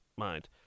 mind